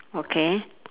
okay